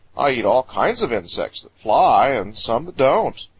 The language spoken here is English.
i eat all kinds of insects that fly and some that don't.